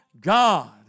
God